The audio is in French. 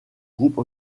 groupe